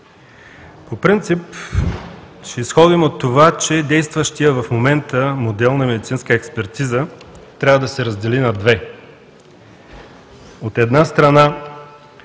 По принцип ще изходим от това, че действащият в момента модел на медицинска експертиза трябва да се раздели на две – от една страна,